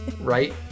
right